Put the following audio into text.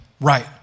right